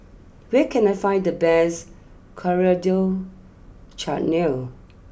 where can I find the best Coriander Chutney